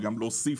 וגם להוסיף.